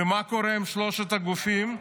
ומה קורה עם שלושת הגופים?